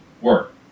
work